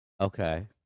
okay